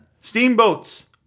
steamboats